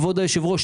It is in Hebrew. כבוד היושב-ראש,